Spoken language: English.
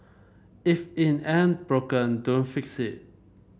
if it ain't broken don't fix it